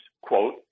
quote